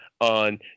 on